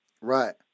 Right